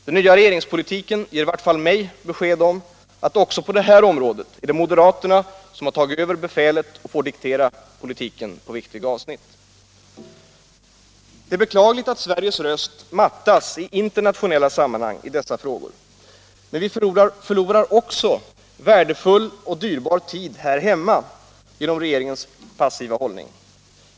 Den nya regeringspolitiken ger i varje fall mig besked om att det också på det här området är moderaterna som tagit över befälet och får diktera politiken. Det är beklagligt att Sveriges röst mattas i internationella sammanhang i dessa frågor, men vi förlorar också värdefull och dyrbar tid här hemma genom regeringens passiva hållning.